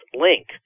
link –